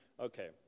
Okay